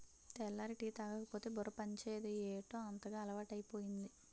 తెల్లారి టీ తాగకపోతే బుర్ర పనిచేయదు ఏటౌ అంతగా అలవాటైపోయింది